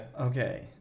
okay